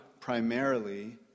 primarily